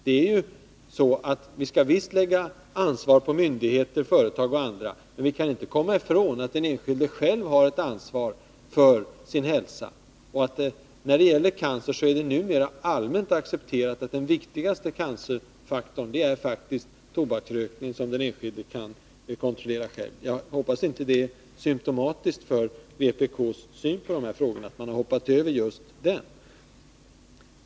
Det skall visst läggas ansvar på myndigheter, företag och andra, men vi kan inte komma ifrån att den enskilde själv har ett ansvar för sin hälsa. Och när det gäller cancer är det numera allmänt accepterat att den viktigaste cancerframkallande faktorn faktiskt är tobaksrökningen, som den enskilde alltså kan kontrollera själv. Jäg hoppas att det inte är symtomatiskt för vpk:s syn på de här frågorna att man hoppat över just den.